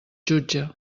jutge